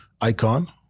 icon